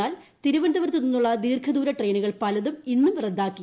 എന്നാൽ തിരുവനന്തപുരത്ത് നിന്നുള്ള ദീർഘദുരു ട്രെയിനുകൾ പലതും ഇന്നും റദ്ദാക്കി